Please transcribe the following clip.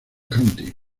county